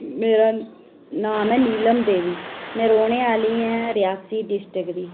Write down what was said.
मेरा नाम ऐ नीलम देवी में रौह्ने आह्लीं आं रियासी डिस्ट्रिक्ट दी